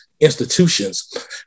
institutions